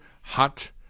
hot